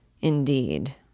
Indeed